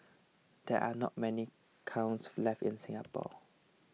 there are not many kilns left in Singapore